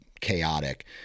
chaotic